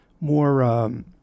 more—